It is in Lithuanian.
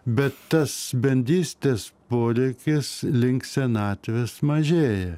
bet tas bendrystės proeikis link senatvės mažėja